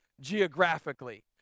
geographically